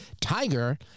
Tiger